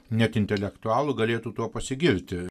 net intelektualų galėtų tuo pasigirti